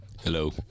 Hello